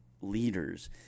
leaders